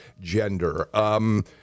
gender